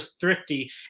thrifty